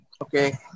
Okay